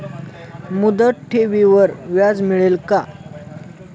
मुदत ठेवीवर व्याज मिळेल का?